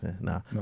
No